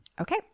Okay